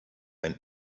ein